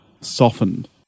softened